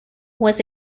was